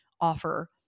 offer